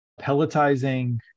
pelletizing